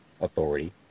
authority